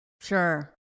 Sure